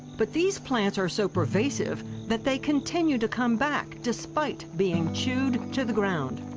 but these plants are so pervasive that they continue to come back, despite being chewed to the ground.